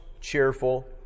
cheerful